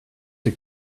der